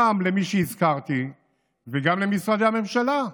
גם למי שהזכרתי וגם למשרדי הממשלה.